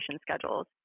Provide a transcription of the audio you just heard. schedules